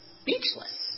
speechless